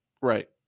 Right